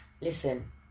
listen